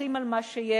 נסמכים על מה שיש,